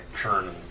turn